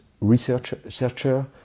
researcher